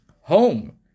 Home